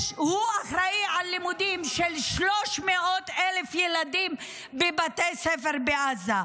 הוא אחראי ללימודים של 300,000 ילדים בבתי ספר בעזה,